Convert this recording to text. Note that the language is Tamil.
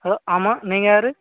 ஹலோ ஆமாம் நீங்கள் யார்